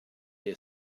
they